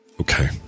Okay